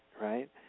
right